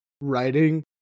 writing